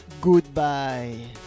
goodbye